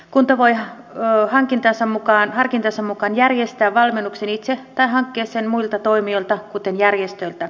kunta voi harkintansa mukaan järjestää valmennuksen itse tai hankkia sen muilta toimijoilta kuten järjestöiltä